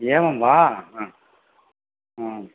एवं वा हा हा